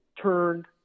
turned